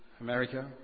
America